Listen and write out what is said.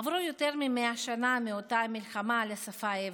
עברו יותר מ-100 שנה מאותה מלחמה על השפה העברית.